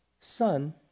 son